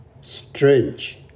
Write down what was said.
Strange